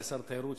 כשר התיירות,